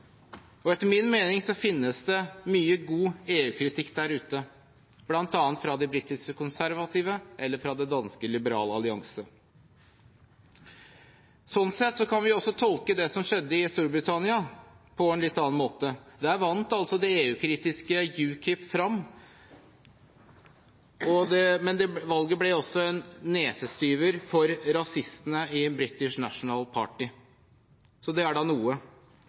ulike. Etter min mening finnes det mye god EU-kritikk der ute, bl.a. fra de britiske konservative eller fra det danske Liberal Alliance. Vi kan også tolke det som skjedde i Storbritannia på en litt annen måte. Der vant altså det EU-kritiske UKIP frem, men valget ble også en nesestyver for rasistene i British National Party – det er da noe.